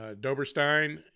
Doberstein